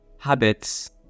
habits